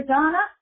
Donna